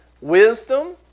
wisdom